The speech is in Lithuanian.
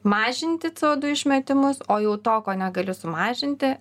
mažinti ce o du išmetimus o jau to ko negali sumažinti